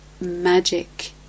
magic